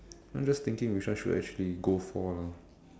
I'm just thinking which one should I actually go for lah